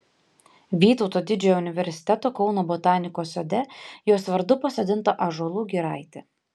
vytauto didžiojo universiteto kauno botanikos sode jos vardu pasodinta ąžuolų giraitė